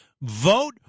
Vote